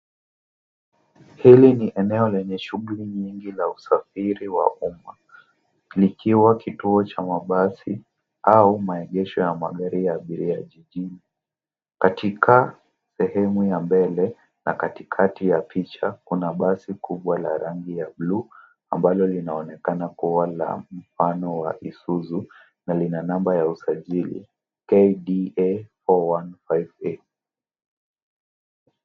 Hili ni eneo lenye shughuli nyingi za usafiri wa umma, likiwa kituo ya mabasi au maegesho ya magari ya abiria jijini. Katika sehemu ya mbele na katikati ya picha kuna basi kubwa la rangi ya buluu ambalo linaonekana kuwa la mfano wa Isuzu na lina namba ya usajili KDA 415A.